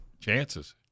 chances